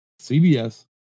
CBS